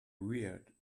weird